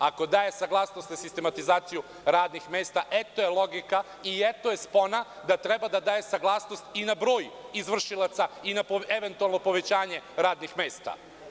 Ako daje saglasnost na sistematizaciju radnih mesta, eto je logika i eto je spona da treba da daje saglasnost i na broj izvršilaca i na eventualno povećanje radnih mesta.